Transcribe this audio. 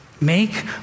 make